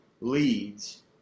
leads